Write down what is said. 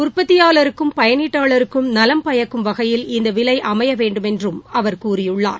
உற்பத்தியாளருக்கும் பயனீட்டாளருக்கும் நலம் பயக்கும் வகையில் இந்தவிலைஅமையவேண்டும் என்றும் அவர் கூறியுள்ளார்